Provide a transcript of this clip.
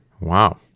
Wow